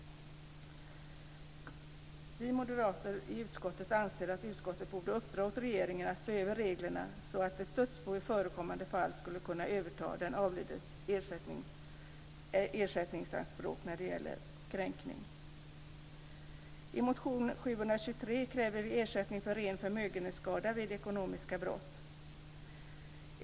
Vi moderater i utskottet anser att utskottet borde uppdra åt regeringen att se över reglerna. Det handlar om att ett dödsbo i förekommande fall skulle kunna överta den avlidnes ersättningsanspråk när det gäller kränkning. I motion Ju723 kräver vi ersättning för ren förmögenhetsskada vid ekonomiska brott.